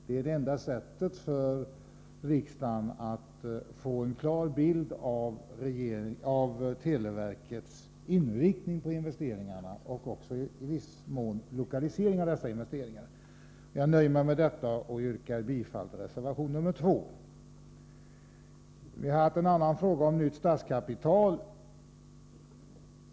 Det är det enda sättet för riksdagen att få en klar bild av televerkets inriktning på investeringarna — och även i viss mån av lokaliseringen av dessa investeringar. Jag nöjer mig med det jag nu har sagt och yrkar bifall till reservation nr 2. Vi har också behandlat frågan om ett nytt statskapital.